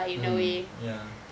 mm ya